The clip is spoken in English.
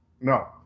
No